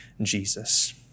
Jesus